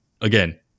again